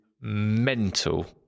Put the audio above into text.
mental